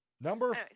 number